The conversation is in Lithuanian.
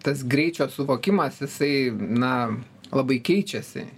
tas greičio suvokimas jisai na labai keičiasi